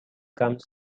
comes